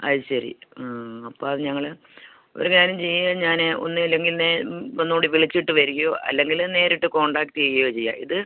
അതുശരി അപ്പോൾ അത് ഞങ്ങള് ഒരു കാര്യം ചെയ്യ് ഞാനേ ഒന്നുല്ലെങ്കിൽ നേ ഒന്നും കൂടി വിളിച്ചിട്ട് വരികയോ അല്ലെങ്കില് നേരിട്ട് കോൺടാക്ട് ചെയ്യുകയോ ചെയ്യാം ഇത്